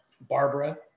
Barbara